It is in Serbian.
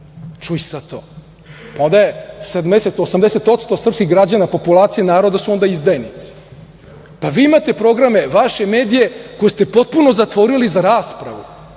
Čuj sad to. onda je 70, 80% srpskih građana, populacije naroda su onda izdajnici. Vi imate programe, vaše medije, koje ste potpuno zatvorili za raspravu,